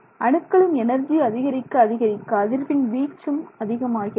அணுக்களின் எனர்ஜி அதிகரிக்க அதிகரிக்க அதிர்வின் வீச்சும் அதிகரிக்கிறது